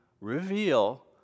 reveal